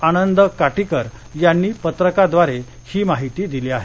आनन्द काटीकर यांनी पत्रकाद्वारे ही माहिती दिली आहे